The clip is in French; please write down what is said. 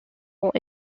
ont